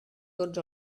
tots